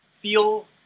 feel